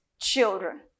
children